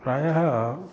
प्रायः